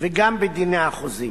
וגם בדיני החוזים.